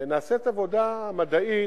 נעשית עבודה מדעית